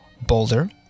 Boulder